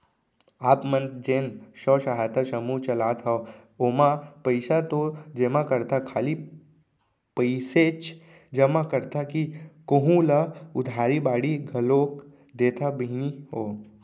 आप मन जेन स्व सहायता समूह चलात हंव ओमा पइसा तो जमा करथा खाली पइसेच जमा करथा कि कोहूँ ल उधारी बाड़ी घलोक देथा बहिनी हो?